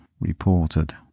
Reported